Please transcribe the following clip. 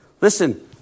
Listen